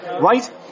right